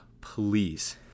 please